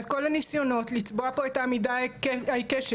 אז כל הניסיונות לצבוע פה את העמידה העיקשת